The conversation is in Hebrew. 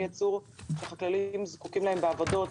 ייצור שהחקלאים זקוקים להם בעבודות,